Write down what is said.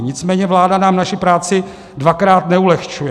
Nicméně vláda nám naši práci dvakrát neulehčuje.